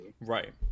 Right